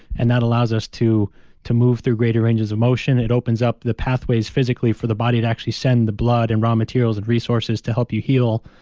and that allows us to to move through greater ranges of motion. it opens up the pathways physically for the body to actually send the blood and raw materials and resources to help you heal,